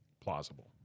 plausible